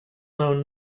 known